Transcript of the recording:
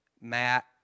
Matt